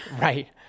right